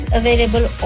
available